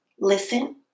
listen